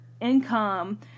income